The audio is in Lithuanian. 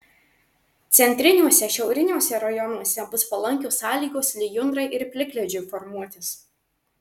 centriniuose šiauriniuose rajonuose bus palankios sąlygos lijundrai ir plikledžiui formuotis